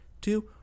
two